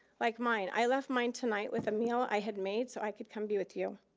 like mine. i left mine tonight with a meal i had made so i could come be with you.